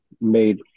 made –